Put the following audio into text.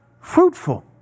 fruitful